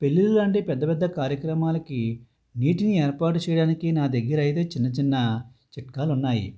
పెళ్ళిళ్ళంటే పెద్ద పెద్ద కార్యక్రమాలకి నీటిని ఏర్పాటు చేయడానికి నా దగ్గరయితే చిన్న చిన్న చిట్కాలున్నాయి